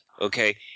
okay